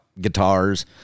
guitars